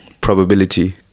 probability